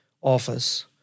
office